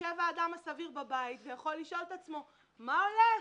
יושב האדם הסביר בבית ויכול לשאול את עצמו מה הולך.